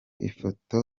ifoto